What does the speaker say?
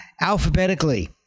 alphabetically